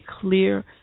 clear